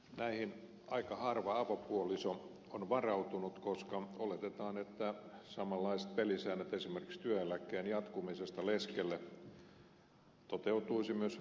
näihin aika harva avopuoliso on varautunut koska oletetaan että samanlaiset pelisäännöt esimerkiksi työeläkkeen jatkumisesta leskelle toteutuisivat myös avoliitossa